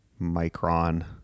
micron